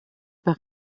par